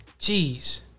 Jeez